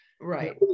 Right